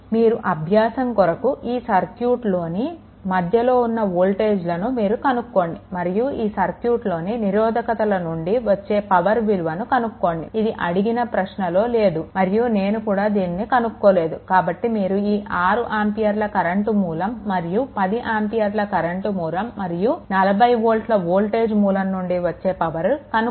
మీరు అభ్యాసం కొరకు ఈ సర్క్యూట్లోని మధ్యలో ఉన్న వోల్టేజ్లను మీరు కనుక్కోండి మరియు ఈ సర్క్యూట్లోని నిరోధకత ల నుండి వచ్చే పవర్ విలువని కనుక్కోండి ఇది అడిగిన ప్రశ్నలో లేదు మరియు నేను కూడా దీనిని కనుక్కోలేదు కాబట్టి మీరు ఈ 6 ఆంపియర్ల కరెంట్ మూలం మరియు 10 ఆంపియర్ల కరెంట్ మూలం మరియు ఇక్కడ ఉన్న 40 వోల్ట్ల వోల్టేజ్ మూలం నుండి వచ్చే పవర్ కనుక్కోండి